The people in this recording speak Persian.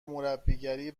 مربیگری